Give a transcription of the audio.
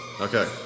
Okay